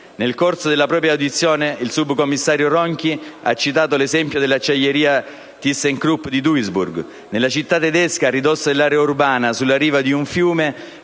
Nel corso della propria audizione il subcommissario Ronchi ha citato l'esempio dell'acciaieria Thyssenkrupp di Duisburg. Nella città tedesca, a ridosso dell'area urbana, sulla riva di un fiume